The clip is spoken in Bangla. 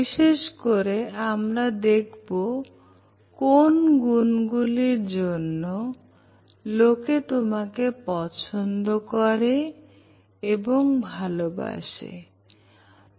বিশেষ করে আমরা দেখব কোন গুনগুলির জন্য অনেকে তোমাকে পছন্দ করে এবং ভালোবাসি ভালোবাসে